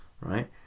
right